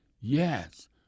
Yes